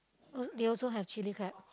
uh they also have chili crab